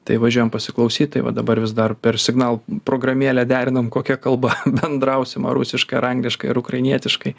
tai važiuojam pasiklausyt tai va dabar vis dar per signal programėlę derinam kokia kalba bendrausim ar rusiškai ar angliškai ar ukrainietiškai